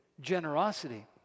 generosity